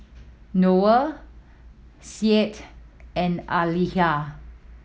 Noah Said and Aqilah